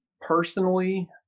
Personally